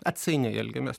atsainiai elgiamės